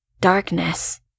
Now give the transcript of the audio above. Darkness